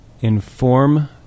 inform